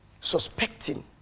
suspecting